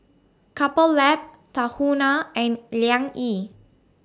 Couple Lab Tahuna and Liang Yi